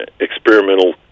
experimental